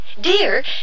Dear